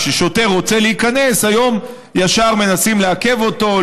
כששוטר רוצה להיכנס היום ישר מנסים לעכב אותו,